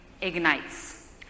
ignites